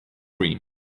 cream